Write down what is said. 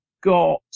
got